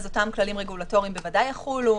אז אותם כללים רגולטוריים בוודאי יחולו.